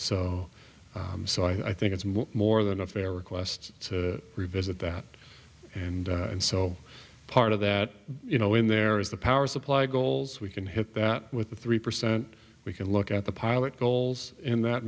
decades so so i think it's more than a fair request to revisit that and and so part of that you know when there is the power supply goals we can hit that with the three percent we can look at the pilot goals in that